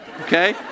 okay